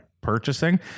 purchasing